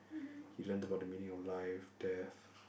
he learnt about the meaning of life death